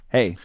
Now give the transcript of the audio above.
Hey